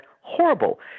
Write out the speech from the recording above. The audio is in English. horrible